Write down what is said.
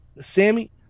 sammy